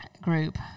group